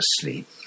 asleep